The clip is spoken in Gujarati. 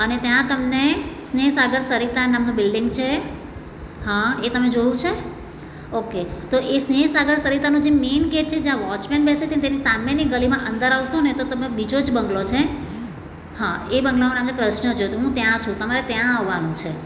અને ત્યાં તમને સ્નેહ સાગર સરિતા નામનું બિલ્ડિંગ છે હા એ તમે જોયું છે ઓકે તો એ સ્નેહ સાગર સરિતાનો જે મેન ગેટ છે જ્યાં વોચમેન બેસે છે તેની સામેની ગલીમાં અંદર આવશો ને તો તમે બીજો જ બંગલો છે હા એ બંગલાનુ નામ છે કૃષ્ણજ્યોત હું ત્યાં છું તમારે ત્યાં આવવાનું છે